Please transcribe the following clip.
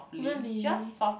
really